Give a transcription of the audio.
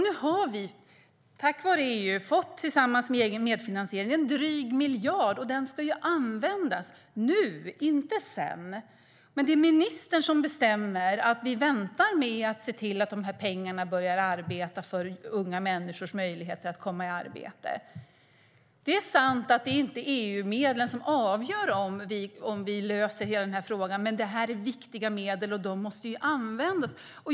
Nu har vi tack vare EU, tillsammans med egen medfinansiering, fått drygt 1 miljard. Den miljarden ska användas nu, inte sedan, men ministern bestämmer att vi väntar med att se till att pengarna börjar arbeta för unga människors möjligheter att komma i arbete. Det är sant att det inte är EU-medlen som avgör om vi löser hela frågan, men det här är viktiga medel som måste användas.